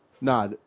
nah